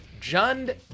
JUND